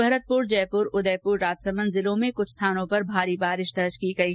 भरतपुर जयपुर उदयपूर राजसमंद जिलों में कुछ स्थानों पर भारी बारिश दर्ज की गयी